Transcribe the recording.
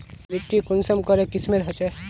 माटी कुंसम करे किस्मेर होचए?